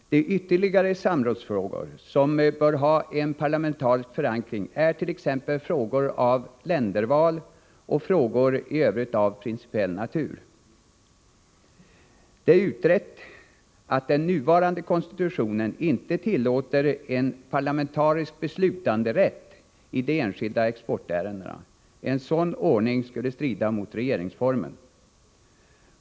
De ytterligare samrådsfrågor som bör ha en parlamentarisk förankring är t.ex. frågor om länderval och frågor i övrigt av principiell natur. Det är utrett att den nuvarande konstitutionen inte tillåter en parlamentarisk beslutanderätt i de enskilda exportärendena. En sådan ordning skulle strida mot regeringsformen.